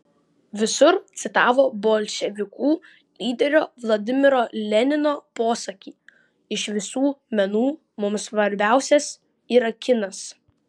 visur citavo bolševikų lyderio vladimiro lenino posakį iš visų menų mums svarbiausias yra kinas